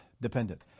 dependent